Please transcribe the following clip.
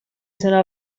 sono